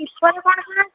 slipper କଣ ବାହାରିଛି